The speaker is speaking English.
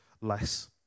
less